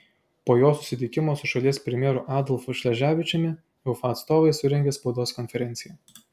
po jos susitikimo su šalies premjeru adolfu šleževičiumi uefa atstovai surengė spaudos konferenciją